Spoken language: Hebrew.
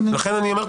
התשובה הזאת,